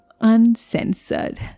uncensored